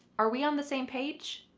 are we on the same page?